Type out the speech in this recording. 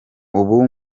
ubu